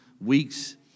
weeks